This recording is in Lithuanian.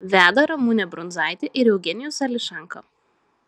veda ramunė brundzaitė ir eugenijus ališanka